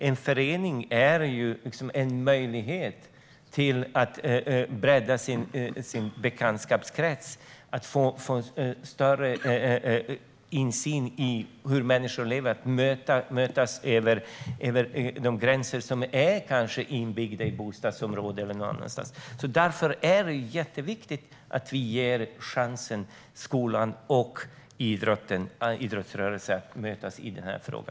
En förening ger möjlighet att bredda bekantskapskretsen, få större insyn i hur människor lever och mötas över de gränser som kan vara inbyggda i bostadsområden. Därför är det jätteviktigt att vi ger skolan och idrottsrörelsen en chans att mötas i denna fråga.